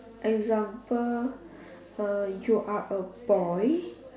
example uh you are a boy